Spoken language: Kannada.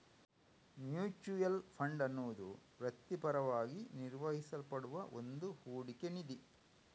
ಮ್ಯೂಚುಯಲ್ ಫಂಡ್ ಅನ್ನುದು ವೃತ್ತಿಪರವಾಗಿ ನಿರ್ವಹಿಸಲ್ಪಡುವ ಒಂದು ಹೂಡಿಕೆ ನಿಧಿ